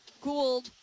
Gould